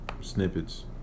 snippets